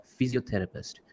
physiotherapist